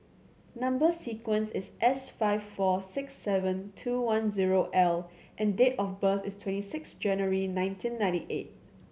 number sequence is S five four six seven two one zero L and date of birth is twenty six January nineteen ninety eight